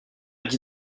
dit